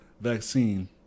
vaccine